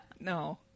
no